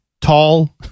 tall